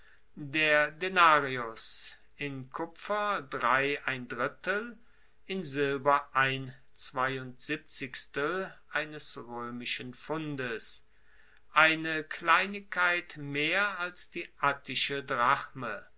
der denarius in kupfer ein drittel in silber ein eines roemischen pfundes eine kleinigkeit mehr als die attische drachme